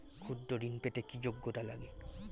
ক্ষুদ্র ঋণ পেতে কি যোগ্যতা লাগে?